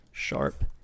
sharp